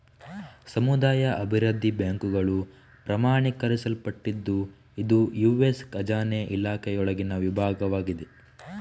ಸಮುದಾಯ ಅಭಿವೃದ್ಧಿ ಬ್ಯಾಂಕುಗಳು ಪ್ರಮಾಣೀಕರಿಸಲ್ಪಟ್ಟಿದ್ದು ಇದು ಯು.ಎಸ್ ಖಜಾನೆ ಇಲಾಖೆಯೊಳಗಿನ ವಿಭಾಗವಾಗಿದೆ